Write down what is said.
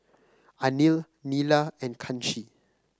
Anil Neila and Kanshi